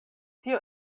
tio